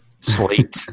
slate